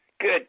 good